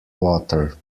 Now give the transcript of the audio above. water